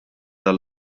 tal